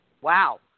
Wow